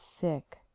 sick